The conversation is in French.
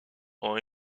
ont